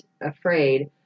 afraid